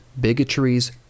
bigotries